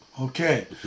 Okay